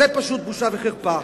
זה פשוט בושה וחרפה.